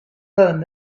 learned